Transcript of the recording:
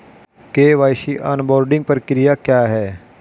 KYC onboarding प्रक्रिया क्या है?